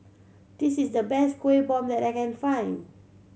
this is the best Kuih Bom that I can find